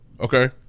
Okay